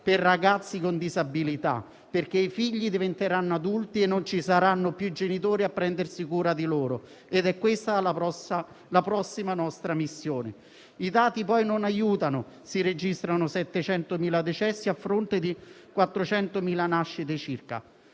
per ragazzi con disabilità, in quanto i figli diventeranno adulti e non ci saranno più i genitori a prendersi cura di loro. È questa la nostra prossima missione. I dati, poi, non aiutano (si registrano 700.000 decessi, a fronte di 400.000 nascite circa),